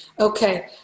Okay